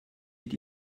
mit